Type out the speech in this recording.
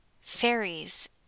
fairies